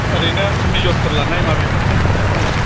ओरैनो मेजरफोर लानाय माबेबाफोर दङ